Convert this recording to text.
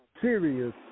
serious